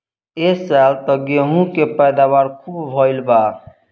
ए साल त गेंहू के पैदावार खूब भइल बा